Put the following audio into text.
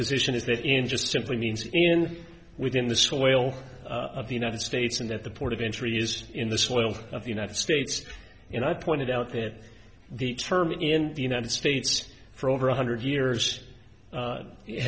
position is that in just simply means in within the soil of the united states and at the port of entry is in the soil of the united states and i pointed out that the term in the united states for over one hundred years